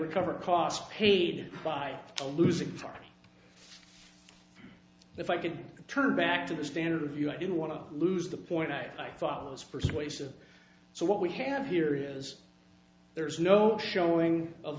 recover cost paid by the losing party if i could turn back to the standard of you i didn't want to lose the point i thought was persuasive so what we have here is there is no showing of